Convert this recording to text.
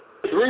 Three